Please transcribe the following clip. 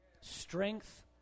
Strength